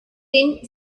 thin